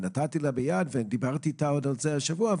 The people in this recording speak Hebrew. נתתי לה ביד ודיברתי איתה על זה השבוע.